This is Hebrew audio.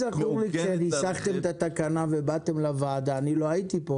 כאשר ניסחתם את התקנה ובאתם לוועדה אני לא הייתי פה